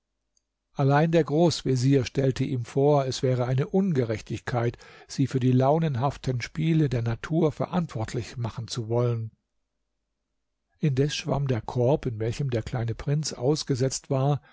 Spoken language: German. allein der großvezier stellte ihm vor es wäre eine ungerechtigkeit sie für die launenhaften spiele der natur verantwortlich machen zu wollen indes schwamm der korb in welchem der kleine prinz ausgesetzt war